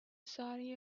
saudi